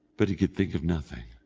but he could think of nothing.